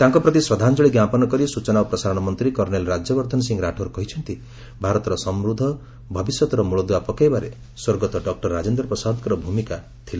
ତାଙ୍କ ପ୍ରତି ଶ୍ରଦ୍ଧାଞ୍ଜଳି ଜ୍ଞାପନ କରି ସୂଚନା ଓ ପ୍ରସାରଣ ମନ୍ତ୍ରୀ କର୍ଷେଲ ରାଜ୍ୟବର୍ଦ୍ଧନ ସିଂହ ରାଠୋର କହିଛନ୍ତି ଯେ ଭାରତର ସମୂଦ୍ଧ ଭବିଷ୍ୟତର ମୂଳଦୂଆ ପକାଇବାରେ ସ୍ୱର୍ଗତଃ ଡକୁର ରାଜେନ୍ଦ୍ର ପ୍ରସାଦଙ୍କର ପ୍ରମୁଖ ଭୂମିକା ଥିଲା